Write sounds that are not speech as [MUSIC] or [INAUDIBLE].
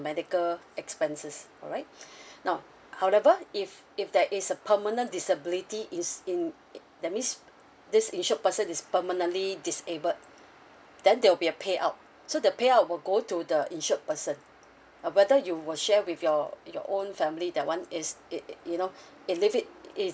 medical expenses alright [BREATH] now however if if there is a permanent disability is in that means this insured person is permanently disabled then there will be a payout so the payout will go to the insured person uh whether you will share with your your own family that one is it it you know [BREATH] it leave it's